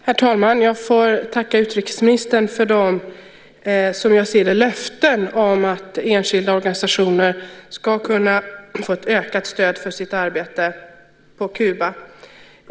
Herr talman! Jag får tacka utrikesministern för dessa, som jag ser det, löften om att enskilda organisationer ska kunna få ett ökat stöd för sitt arbete på Kuba.